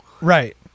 Right